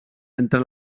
entre